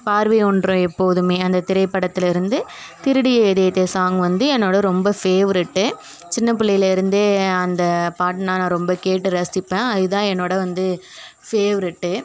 பார்வை ஒன்றை போதுமே அந்த திரைப்படத்திலருந்து திருடிய இதயத்தை சாங் வந்து என்னோட ரொம்ப ஃபேவரட் சின்ன பிள்ளைலேருந்தே அந்த பாட்டுனா நான் ரொம்ப கேட்டு ரசிப்பேன் இதுதான் என்னோட வந்து ஃபேவரட்